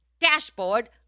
Dashboard